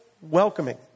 welcoming